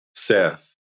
seth